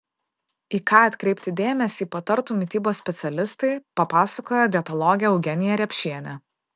į ką atkreipti dėmesį patartų mitybos specialistai papasakojo dietologė eugenija repšienė